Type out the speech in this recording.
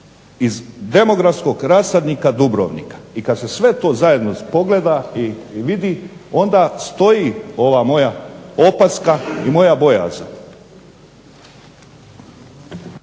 iz demografskog rasadnika Dubrovnika. I kad se sve to zajedno pogleda i vidi onda stoji ova moja opaska i moja bojazan.